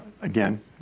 again